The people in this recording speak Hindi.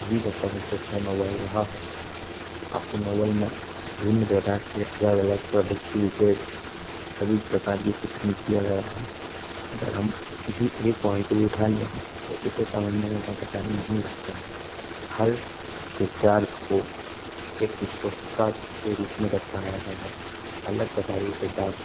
अभी तक का सबसे अच्छा नोवल रहा है आपके नोवल में विभिन्न प्रकार के अलग अलग विशेष सभी प्रकार के चित्रण किया गया है अगर हम किसी एक पॉइंट को भी उठा लें तो उसे समझने में ज़्यादा टैम नहीं लगता है हर किरदार को एक स्पष्टता के रूप में दर्शाया गया है अलग प्रकार के किरदार